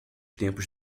tempos